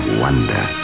wonder